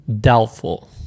doubtful